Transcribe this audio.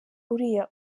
uriya